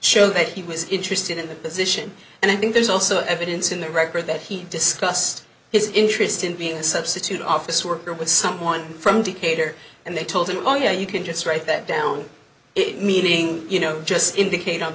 show that he was interested in the position and i think there's also evidence in the record that he discussed his interest in being a substitute office worker with someone from decatur and they told him oh yeah you can just write that down it meaning you know just indicate on